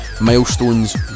Milestones